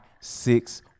six